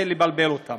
ולבלבל אותם.